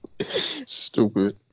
Stupid